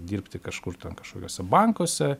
dirbti kažkur ten kažkokiuose bankuose